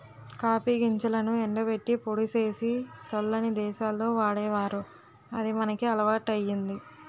copy గింజలను ఎండబెట్టి పొడి సేసి సల్లని దేశాల్లో వాడేవారు అది మనకి అలవాటయ్యింది